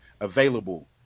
available